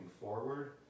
forward